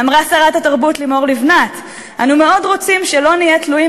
אמרה שרת התרבות לימור לבנת: אנו מאוד רוצים שלא נהיה תלויים